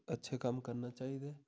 ते अच्छे कम्म करने चाहिदे